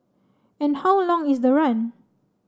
and how long is the run